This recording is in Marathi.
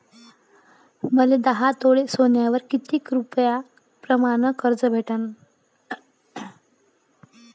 मले दहा तोळे सोन्यावर कितीक रुपया प्रमाण कर्ज भेटन?